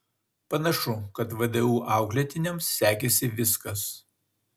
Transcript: panašu kad vdu auklėtiniams sekėsi viskas